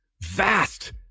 vast